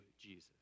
Jesus